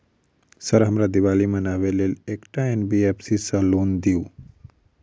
Sir हमरा दिवाली मनावे लेल एकटा एन.बी.एफ.सी सऽ लोन दिअउ?